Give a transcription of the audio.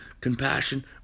compassion